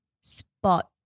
spot